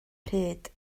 pryd